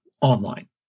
online